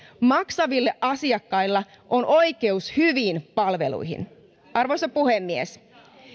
maksavilla asiakkailla on oikeus hyviin palveluihin arvoisa puhemies